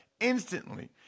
instantly